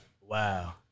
Wow